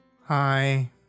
Hi